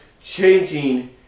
changing